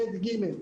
ב' ו-ג',